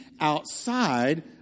outside